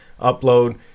upload